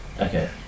Okay